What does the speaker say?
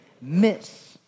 miss